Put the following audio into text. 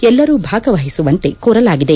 ಎಲ್ಲರೂ ಭಾಗವಹಿಸುವಂತೆ ಕೋರಲಾಗಿದೆ